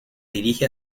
dirige